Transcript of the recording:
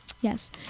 yes